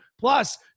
Plus